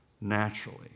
naturally